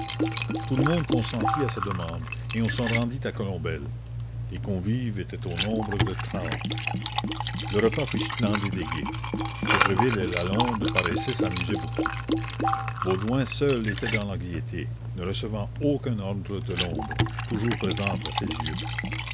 tout le monde consentit à sa demande et on se rendit à colombelle les convives étaient au nombre de trente le repas fut splendide et gai piétreville et lalonde paraissaient s'amuser beaucoup baudouin seul était dans l'anxiété ne recevant aucun ordre de l'ombre toujours présente à ses yeux